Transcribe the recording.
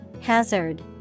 Hazard